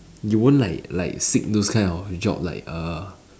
you won't like like seek those kind of job like err